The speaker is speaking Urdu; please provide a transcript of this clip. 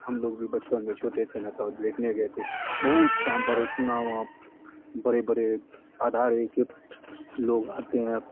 ہم لوگ بھی بچپن میں چھوٹے تھے نہ تو دیکھنے گئے تھے بہت شاندار اتنا وہاں بڑے بڑے ادارے کے لوگ آتے ہیں